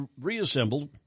reassembled